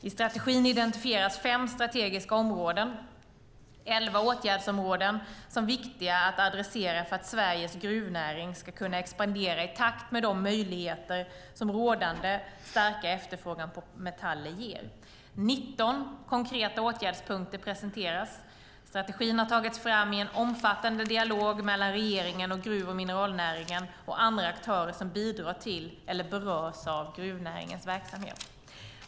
I strategin identifieras fem strategiska områden och elva åtgärdsområden som viktiga att adressera för att Sveriges gruvnäring ska kunna expandera i takt med de möjligheter som rådande starka efterfrågan på metaller ger. 19 konkreta åtgärdspunkter presenteras. Strategin har tagits fram i en omfattande dialog mellan regeringen och gruv och mineralnäringen och andra aktörer som bidrar till eller berörs av gruvnäringens verksamhet.